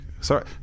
Sorry